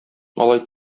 алай